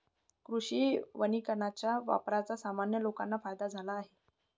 कृषी वानिकाच्या वापराचा सामान्य लोकांना फायदा झाला